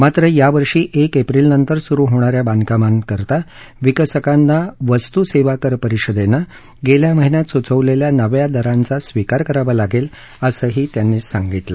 मात्रयावर्षी एक एप्रिलनंतर सुरू होणाऱ्या बांधकामांकरता विकसकांना वस्तू सेवा कर परिषदेनं गेल्या महिन्यात सुचवलेल्या नव्या दरांचा स्विकार करावा लागेल असंही त्यांनी सांगितलं